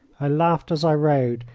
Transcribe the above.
i laughed as i rode,